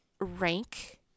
rank